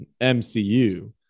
MCU